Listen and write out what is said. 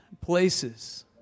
places